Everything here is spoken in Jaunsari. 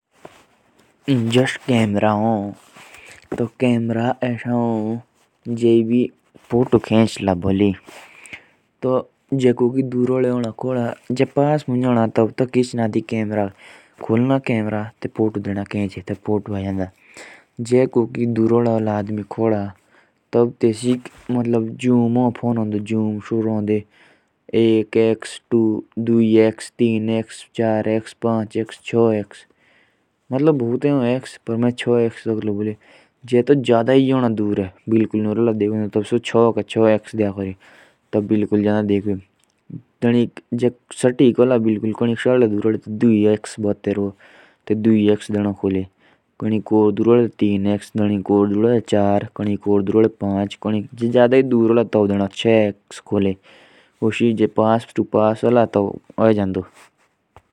जो कैमरा होता है अगर उसमें पास से फोटो लेगें तो हमें जूम नहीं करना पड़ेगा। लेकिन अगर दूर हुआ तो हमें जूम करना पड़ेगा।